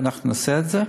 ואנחנו נעשה את זה.